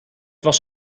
was